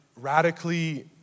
radically